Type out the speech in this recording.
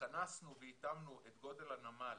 התכנסנו והתאמנו את גודל הנמל